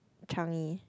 Changi